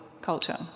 culture